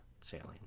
sailing